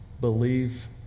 believe